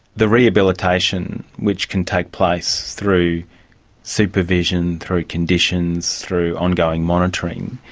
the rehabilitation which can take place through supervision, through conditions, through ongoing monitoring,